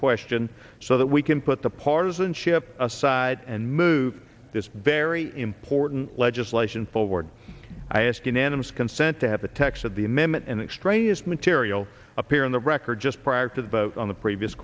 question so that we can put the partisanship aside and move this very important legislation forward i ask unanimous consent to have the text of the amendment and extraneous material appear in the record just prior to the vote on the previous